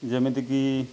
ଯେମିତି କି